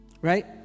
Right